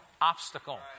obstacle